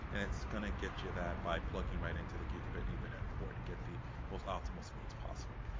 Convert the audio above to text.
and it's gonna getcha that by plugging right into the gigabyte ethernet port. get the most optimal speeds possible.